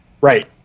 Right